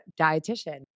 dietitian